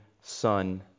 son